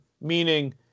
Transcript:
meaning